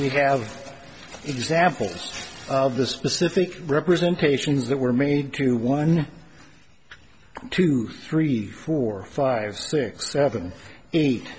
you have examples of the specific representations that were made to one two three four five six seven eight